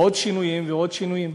עוד שינויים ועוד שינויים,